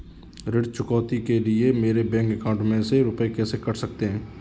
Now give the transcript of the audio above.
ऋण चुकौती के लिए मेरे बैंक अकाउंट में से रुपए कैसे कट सकते हैं?